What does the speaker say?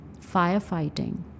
firefighting